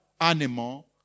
animal